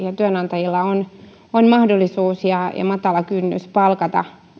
ja työnantajilla on mahdollisuus ja matala kynnys palkata